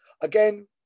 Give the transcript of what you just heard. again